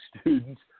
students –